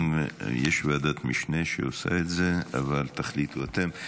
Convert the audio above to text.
יש ועדת משנה שעושה את זה, אבל תחליטו אתם.